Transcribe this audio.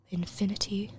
infinity